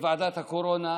בוועדת הקורונה,